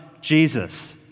Jesus